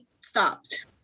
stopped